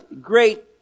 great